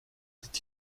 did